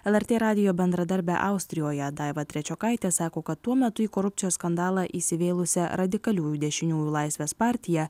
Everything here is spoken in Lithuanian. lrt radijo bendradarbė austrijoje daiva trečiokaitė sako kad tuo metu į korupcijos skandalą įsivėlusią radikaliųjų dešiniųjų laisvės partiją